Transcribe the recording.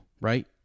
right